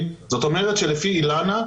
זאת אומרת שלפי אילנה גנס,